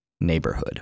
neighborhood